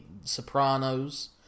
Sopranos